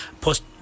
post